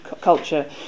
culture